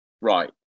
Right